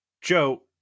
Joe